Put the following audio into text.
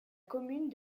commune